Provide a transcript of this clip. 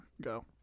go